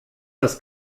das